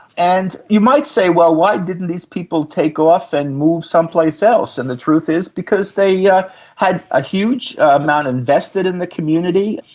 and you might say why didn't these people take off and move someplace else? and the truth is because they yeah had a huge amount invested in the community,